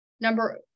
number